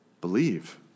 Believe